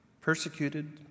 persecuted